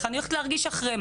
מה אני ארגיש אחרי,